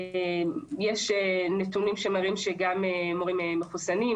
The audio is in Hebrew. כי יש נתונים שמראים שגם מורים מחוסנים,